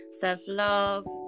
self-love